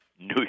New